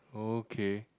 okay